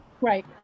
right